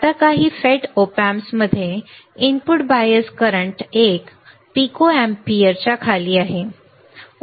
आता काही FET op amps मध्ये input bias current 1 pico ampere ओकेच्या खाली आहे